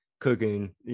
cooking